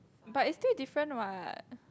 but is still different what